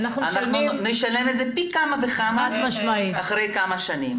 אנחנו נשלם פי כמה וכמה בעוד כמה שנים.